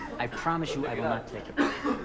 i promise you, i will not take her picture,